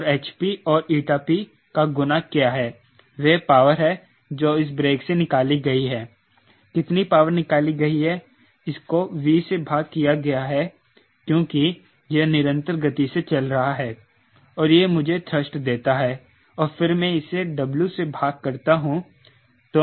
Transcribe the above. और hp और np का गुणा क्या है वह पावर है जो इस ब्रेक से निकाली गई है कितनी पावर निकाली गई है इसको V से भाग किया गया है क्योंकि यह निरंतर गति से चल रहा है और यह मुझे थ्रस्ट देता है और फिर मैं इसे W से भाग करता हूं